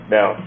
Now